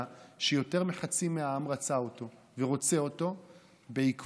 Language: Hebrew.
שיותר מחצי העם רצה אותו ורוצה אותו בעקבות